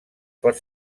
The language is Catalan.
pot